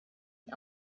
ihn